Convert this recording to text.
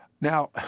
Now